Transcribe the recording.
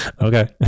okay